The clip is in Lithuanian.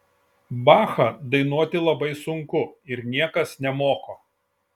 bachą dainuoti labai sunku ir niekas nemoko